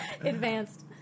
Advanced